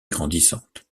grandissante